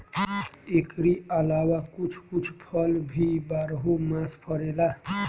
एकरी अलावा कुछ कुछ फल भी बारहो मास फरेला